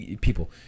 people